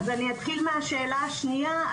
אני אתחיל מהשאלה השנייה.